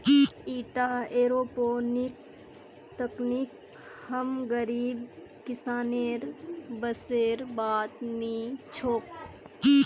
ईटा एयरोपोनिक्स तकनीक हम गरीब किसानेर बसेर बात नी छोक